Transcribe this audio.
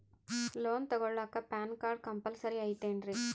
Loan ತೊಗೊಳ್ಳಾಕ PAN card compulsory ಐಯ್ತೇನ್ರಿ?